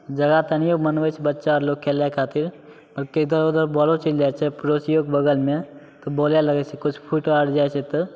जगह तनिओ बनबै छै बच्चालोकके खेलै खातिर आओर इधर उधर बॉलो चलि जाइ छै पड़ोसिओके बगलमे तऽ बोलै लगै छै किछु फुटि आर जाइ छै तऽ